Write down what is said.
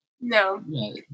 No